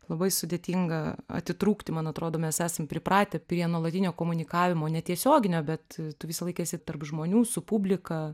labai sudėtinga atitrūkti man atrodo mes esam pripratę prie nuolatinio komunikavimo netiesioginio bet tu visą laiką esi tarp žmonių su publika